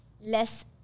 less